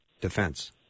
defense